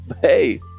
hey